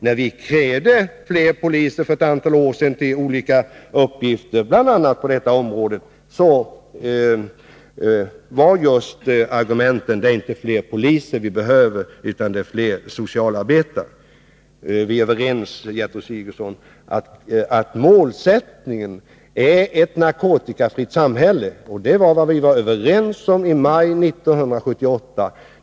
När vi krävde fler poliser för olika uppgifter, bl.a. på detta område, var argumentet just: Det är inte fler poliser vi behöver, det är fler socialarbetare. Vi är, Gertrud Sigurdsen, överens om att målsättningen är ett narkotikafritt samhälle. Det var vi överens om i maj 1978.